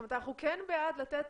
זאת אומרת, אנחנו כן בעד לתת